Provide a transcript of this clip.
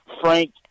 Frank